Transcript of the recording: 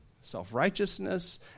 self-righteousness